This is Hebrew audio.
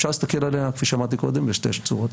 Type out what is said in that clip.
אפשר להסתכל עליה כפי שאמרתי קודם בשתי צורות.